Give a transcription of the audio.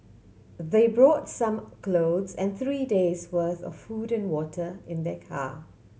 they brought some clothes and three days' worth of food and water in their car